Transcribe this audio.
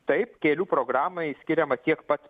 taip kelių programai skiriama tiek pat